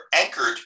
anchored